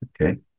Okay